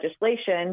legislation